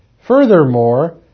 Furthermore